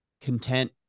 content